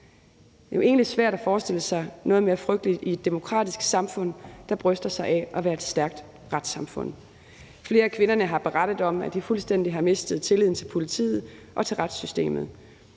Det er jo egentlig svært at forestille sig noget mere frygteligt i et demokratisk samfund, der bryster sig af at være et stærkt retssamfund. Flere af kvinderne har berettet om, at de fuldstændig har mistet tilliden til politiet og retssystemet.